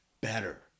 better